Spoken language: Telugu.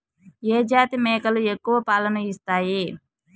ఏ జాతి మేకలు ఎక్కువ పాలను ఇస్తాయి?